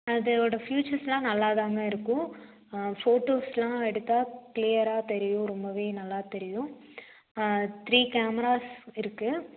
அதையோட ஃப்யூச்சர்ஸ்லாம் நல்லா தாங்க இருக்கும் ஃபோட்டோஸ்லாம் எடுத்தால் கிளியராக தெரியும் ரொம்பவே நல்லா தெரியும் த்ரீ கேமராஸ் இருக்குது